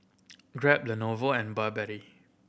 Grab the Lenovo and Burberry